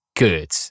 good